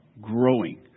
growing